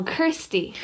Kirsty